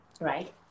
right